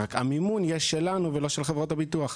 רק המימון יהיה שלנו ולא של חברות הביטוח.